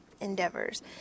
endeavors